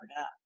up